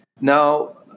Now